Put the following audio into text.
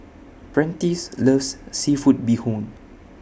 Prentice loves Seafood Bee Hoon